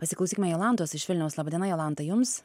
pasiklausykime jolantos iš vilniaus laba diena jolanta jums